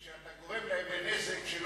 כשבאים לעסוק בחוק ההסדרים,